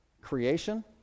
Creation